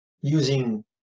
using